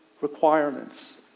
requirements